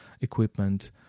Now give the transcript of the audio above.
equipment